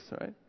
right